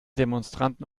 demonstranten